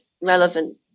relevant